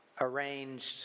arranged